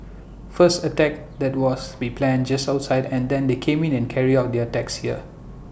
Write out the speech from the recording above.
first attacks that was be planned just outside and then they come in and carry out the attacks here